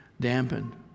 dampened